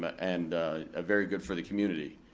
and very good for the community.